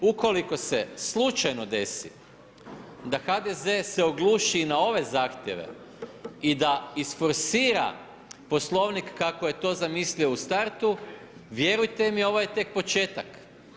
Ukoliko se slučajno desi da HDZ se ogluši na ove zahtjeve i da isforsira Poslovnik kako je to zamislio u startu, vjerujte mi, ovo je tek početak.